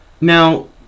Now